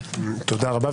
תודה רבה.